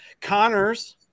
Connors